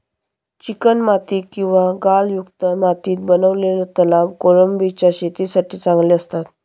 चिकणमाती किंवा गाळयुक्त मातीत बनवलेले तलाव कोळंबीच्या शेतीसाठी चांगले असतात